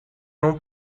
não